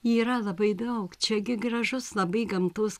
yra labai daug čiagi gražus labai gamtos